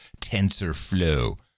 TensorFlow